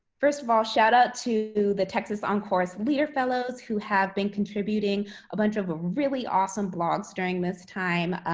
first of all, shout out to the texas oncourse leader fellows who have been contributing a bunch of a really awesome blogs during this time.